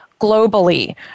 globally